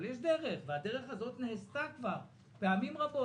אבל יש דרך, והדרך הזאת נעשתה כבר פעמים רבות.